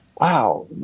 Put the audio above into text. wow